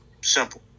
Simple